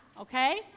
okay